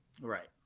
Right